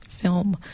film